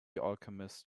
alchemist